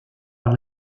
par